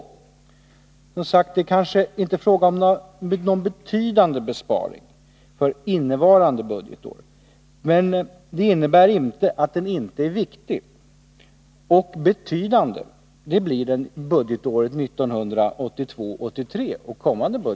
Som sagt — det är kanske inte fråga om någon betydande besparing för innevarande budgetår. Men det innebär inte att besparingen inte är viktig och betydande, det blir den budgetåret 1982/83.